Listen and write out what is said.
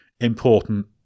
important